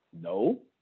No